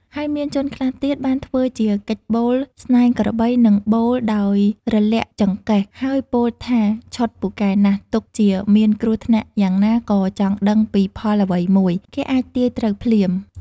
ហើយមានជនខ្លះទៀតបានធ្វើជាកិច្ចបូលស្នែងក្របីនិងបូលដោយរលាក់ចង្កេះ ហើយពោលថាឆុតពូកែណាស់ទុកជាមានគ្រោះថ្នាក់យ៉ាងណាឬចង់ដឹងពីផលអ្វីមួយ គេអាចទាយត្រូវភ្លាម ។